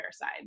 side